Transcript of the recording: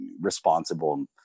responsible